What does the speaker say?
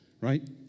right